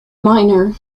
minor